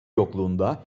yokluğunda